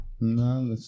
No